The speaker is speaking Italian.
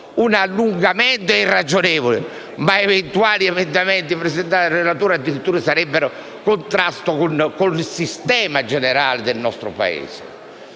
un allungamento irragionevole. Eventuali emendamenti presentati dal relatore addirittura sarebbero in contrasto con il sistema generale del nostro Paese.